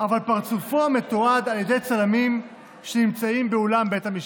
פרצופו מתועד על ידי צלמים שנמצאים באולם בית המשפט.